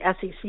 SEC